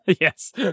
Yes